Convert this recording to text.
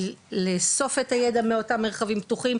לאסוף את הידע מאותם מרחבים פתוחים,